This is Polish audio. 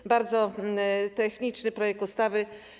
To bardzo techniczny projekt ustawy.